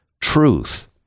truth